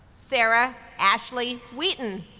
sara ashley wheaton,